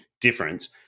difference